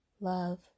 love